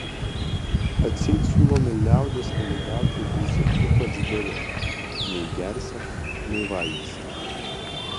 atseit siūlomi liaudies kandidatai būsią ypač dori nei gersią nei valgysią